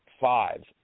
five